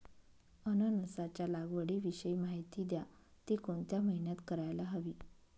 अननसाच्या लागवडीविषयी माहिती द्या, ति कोणत्या महिन्यात करायला हवी?